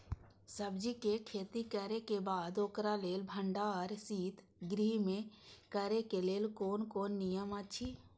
सब्जीके खेती करे के बाद ओकरा लेल भण्डार शित गृह में करे के लेल कोन कोन नियम अछि?